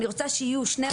אני רוצה שיהיו 12